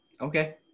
Okay